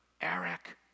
Eric